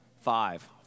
five